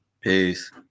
Peace